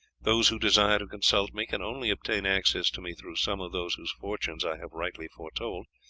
those who desire to consult me can only obtain access to me through some of those whose fortunes i have rightly foretold,